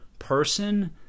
person